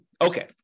Okay